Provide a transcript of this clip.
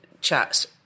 chats